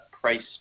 price